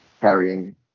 carrying